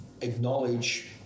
acknowledge